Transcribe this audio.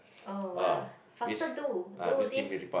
oh !wah! faster do do this